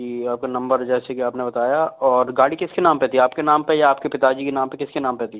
जी आपका नंबर जैसे कि आपने बताया और गाड़ी किसके नाम पर थी आपके नाम पर या आपके पिताजी के नाम पर किसके नाम पर थी